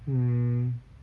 mm